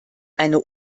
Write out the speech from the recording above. eine